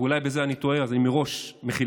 ואולי בזה אני טועה, אז מראש מחילה,